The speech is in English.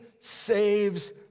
saves